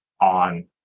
on